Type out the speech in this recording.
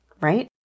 right